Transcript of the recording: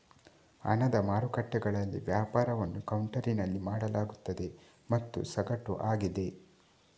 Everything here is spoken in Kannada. ಹಣದ ಮಾರುಕಟ್ಟೆಗಳಲ್ಲಿ ವ್ಯಾಪಾರವನ್ನು ಕೌಂಟರಿನಲ್ಲಿ ಮಾಡಲಾಗುತ್ತದೆ ಮತ್ತು ಸಗಟು ಆಗಿದೆ